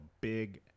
big